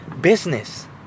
business